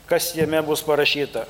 kas jame bus parašyta